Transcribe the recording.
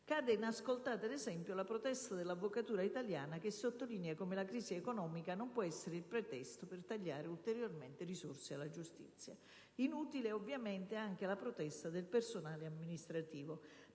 Cade inascoltata, ad esempio, la protesta dell'avvocatura italiana, che sottolinea come la crisi economica non può essere il pretesto per tagliare ulteriormente le risorse alla giustizia. Inutile ovviamente anche la protesta del personale amministrativo.